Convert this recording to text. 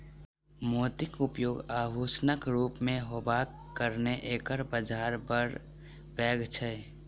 मोतीक उपयोग आभूषणक रूप मे होयबाक कारणेँ एकर बाजार बड़ पैघ छै